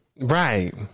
right